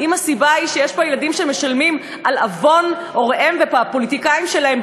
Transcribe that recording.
אם הסיבה היא שיש פה ילדים שמשלמים על עוון הוריהם והפוליטיקאים שלהם,